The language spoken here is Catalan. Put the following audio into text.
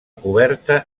coberta